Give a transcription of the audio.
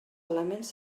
elements